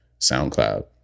SoundCloud